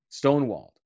stonewalled